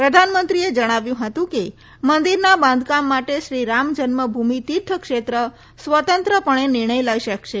પ્રધાનમંત્રીએ જણાવ્યું હતું કે મંદિરના બાંધકામ માટે શ્રી રામજન્મભૂમિ તીર્થ ક્ષેત્ર સ્વતંત્ર પણે નિર્ણય લઈ શકશે